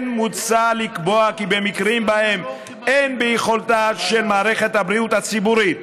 כן מוצע לקבוע כי במקרים שבהם אין ביכולתה של מערכת הבריאות הציבורית,